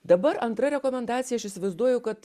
dabar antra rekomendacija aš įsivaizduoju kad